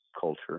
culture